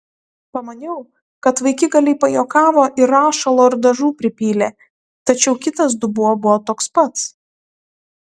pamaniau kad vaikigaliai pajuokavo ir rašalo ar dažų pripylė tačiau kitas dubuo buvo toks pats